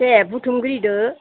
दे बुथुम ग्रोदो